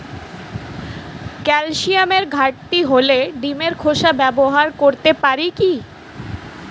ক্যালসিয়ামের ঘাটতি হলে ডিমের খোসা ব্যবহার করতে পারি কি?